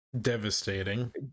devastating